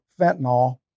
fentanyl